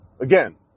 Again